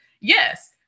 yes